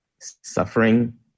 suffering